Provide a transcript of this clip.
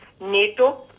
NATO